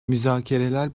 müzakereler